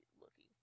looking